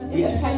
yes